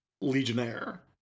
legionnaire